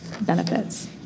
benefits